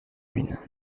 ruine